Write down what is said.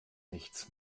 nichts